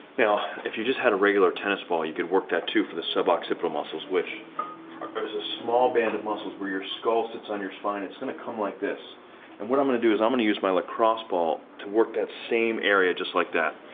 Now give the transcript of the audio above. now if you just had a regular tennis ball you could work that too for the sub-occipital muscles which like but it's a small band of muscles where your skull sits on your spine. it's gonna come like this and what i'm gonna do is i'm gonna use my lacrosse ball to work that same area just like that.